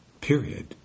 period